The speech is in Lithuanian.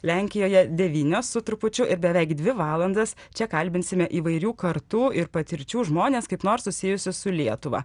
lenkijoje devynios su trupučiu ir beveik dvi valandas čia kalbinsime įvairių kartų ir patirčių žmones kaip nors susijusius su lietuva